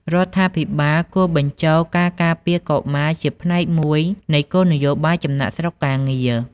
រដ្ឋាភិបាលគួរបញ្ចូលការការពារកុមារជាផ្នែកមួយនៃគោលនយោបាយចំណាកស្រុកការងារ។